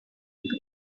read